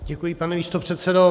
Děkuji, pane místopředsedo.